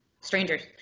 strangers